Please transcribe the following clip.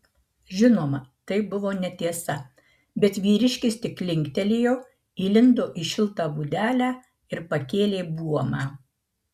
žinoma tai buvo netiesa bet vyriškis tik linktelėjo įlindo į šiltą būdelę ir pakėlė buomą